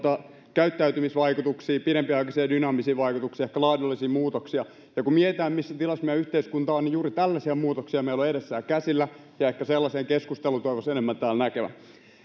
käyttäytymisvaikutuksia pidempiaikaisia dynaamisia vaikutuksia ja ehkä laadullisia muutoksia kun mietitään missä tilassa meidän yhteiskunta on niin juuri tällaisia muutoksia meillä on edessä ja käsillä ja ehkä sellaista keskustelua toivoisi enemmän täällä näkevän